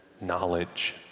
knowledge